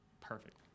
perfect